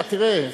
תראה,